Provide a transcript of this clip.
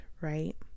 right